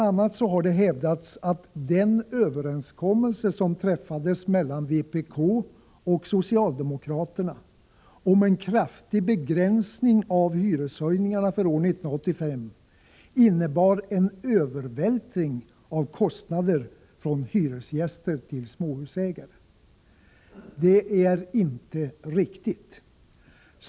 a. har det hävdats att den överenskommelse som träffades mellan vpk och socialdemokraterna om en kraftig begränsning av hyreshöjningarna för år 1985 innebar en övervältring av kostnader från hyresgäster till småhusägare. Det är inte riktigt.